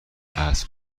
اسب